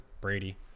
Brady